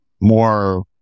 more